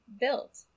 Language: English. built